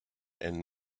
and